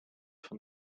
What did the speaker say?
van